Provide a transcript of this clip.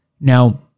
Now